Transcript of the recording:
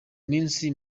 minsi